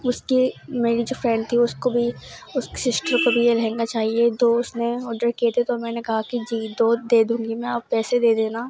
اس کی میری جو فرینڈ تھی اس کو بھی اس کی سسٹر کو بھی یہ لہنگا چاہیے دو اس نے آرڈر کیے تھے تو میں نے کہا کہ جی دو دے دوں گی میں آپ پیسے دے دینا